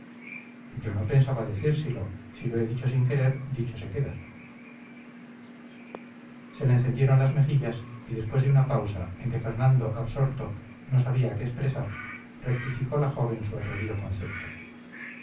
yo no pensaba decírselo si lo he dicho sin querer dicho se queda se le encendieron las mejillas y después de una pausa en que fernando absorto no sabía qué expresar rectificó la joven su atrevido concepto